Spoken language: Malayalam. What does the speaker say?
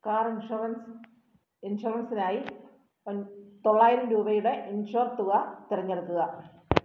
കാർ ഇൻഷുറൻസ് ഇൻഷുറൻസിനായി തൊള്ളായിരം രൂപയുടെ ഇൻഷുർ തുക തിരഞ്ഞെടുക്കുക